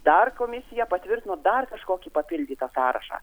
dar komisija patvirtino dar kažkokį papildytą sąrašą